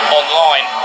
online